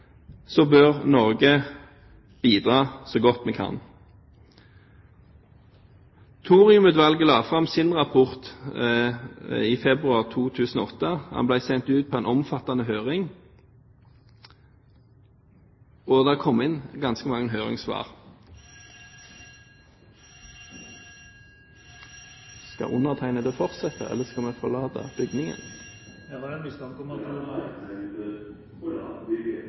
så godt vi kan. Thoriumutvalget la fram sin rapport i februar 2008. Den ble sendt ut på en omfattende høring, og det er kommet inn ganske mange høringssvar. Det betyr at alle må ut, og representanten Solvik-Olsen vil selvfølgelig få ordet hvis og når vi